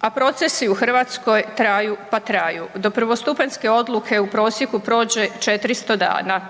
a procesi u Hrvatskoj traju pa traju. Do prvostupanjske odluke u prosjeku prođe 400 dana.